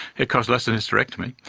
it costs less than a hysterectomy.